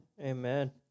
Amen